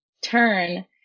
turn